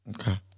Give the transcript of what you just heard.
Okay